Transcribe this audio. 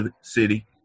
city